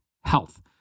health